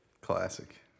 Classic